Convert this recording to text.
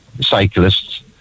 cyclists